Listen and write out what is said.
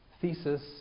thesis